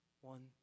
One